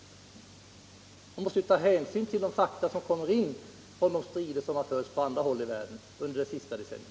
Men man måste ju ta hänsyn till de fakta som kommer fram om strider som har förts på andra håll i världen under det senaste decenniet.